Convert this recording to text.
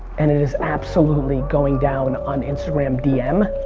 and it as absolutely going down on instagram dm.